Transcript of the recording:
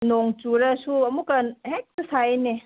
ꯅꯣꯡ ꯆꯨꯔꯁꯨ ꯑꯃꯨꯛꯀ ꯍꯦꯛꯇ ꯁꯥꯏꯅꯦ